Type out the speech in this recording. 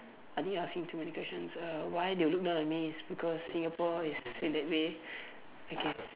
I think you asking too many question uh why they'll look down on me is because Singapore is in that way okay